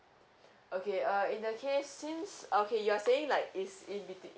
okay uh in that case since okay you're saying like is in between